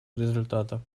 результатов